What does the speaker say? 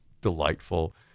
delightful